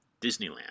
Disneyland